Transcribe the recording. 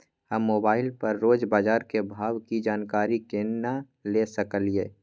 हम मोबाइल पर रोज बाजार के भाव की जानकारी केना ले सकलियै?